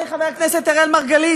חברי חבר הכנסת אראל מרגלית,